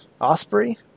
Osprey